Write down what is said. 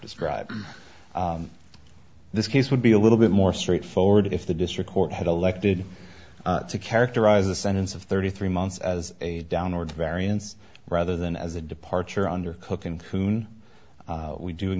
described this case would be a little bit more straightforward if the district court had elected to characterize a sentence of thirty three months as a downward variance rather than as a departure under cooking